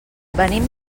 venim